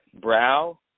brow